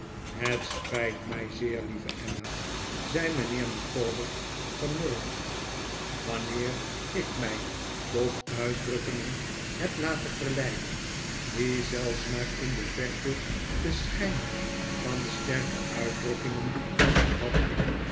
het spijt mij zeer lieve emma zei mijnheer micawber'vermurwd wanneer ik mij tot uitdrukkingen heb laten verleiden die zelfs maar in de verte den schijn van sterke uitdrukkingen hadden